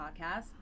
podcast